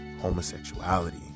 homosexuality